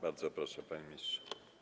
Bardzo proszę, panie ministrze.